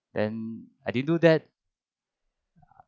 then I didn't do that